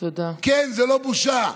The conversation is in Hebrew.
כן, זו לא בושה.